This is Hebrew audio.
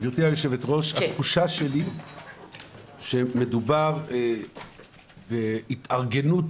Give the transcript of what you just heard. התחושה שלי שמדובר בהתארגנות,